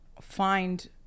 find